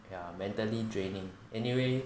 ya mentally draining anyway